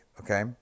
Okay